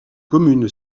commune